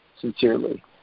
Sincerely